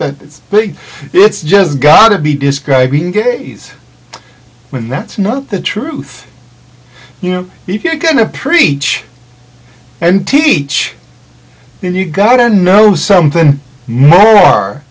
that big it's just got to be describing gays when that's not the truth you know if you're going to preach and teach then you got to know something more